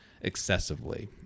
excessively